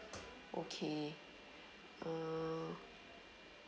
okay uh